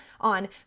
on